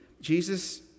Jesus